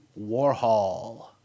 warhol